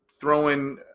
throwing